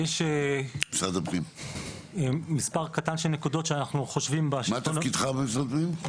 מה תפקידך במשרד הפנים?